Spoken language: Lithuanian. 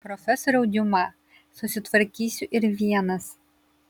profesoriau diuma susitvarkysiu ir vienas